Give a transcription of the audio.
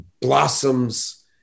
blossoms